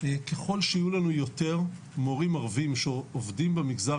ככל שיהיו לנו יותר מורים ערביים שעובדים במגזר